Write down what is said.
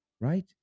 right